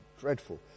dreadful